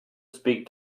speak